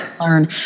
learn